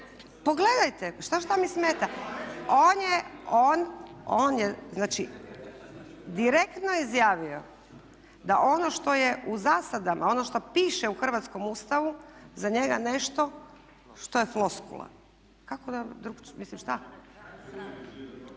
Pogledajte! Šta, šta mi smeta? On je znači direktno izjavio da ono što je u zasadama, ono što piše u hrvatskom Ustavu za njega nešto što je floskula. Kako da drukčije, mislim šta?